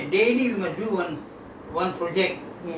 ah so what do you do there